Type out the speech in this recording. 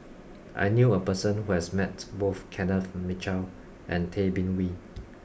I knew a person who has met both Kenneth Mitchell and Tay Bin Wee